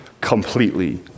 completely